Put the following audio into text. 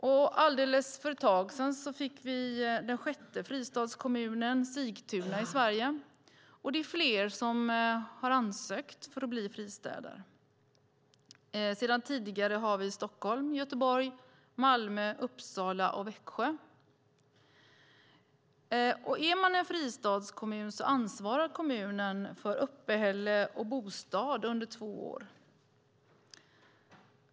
För ett litet tag sedan fick vi den sjätte fristadskommunen, Sigtuna, i Sverige. Och det är fler som har ansökt om att bli fristäder. Sedan tidigare har vi Stockholm, Göteborg, Malmö, Uppsala och Växjö. Är man en fristadskommun ansvarar man för uppehälle och bostad under två år.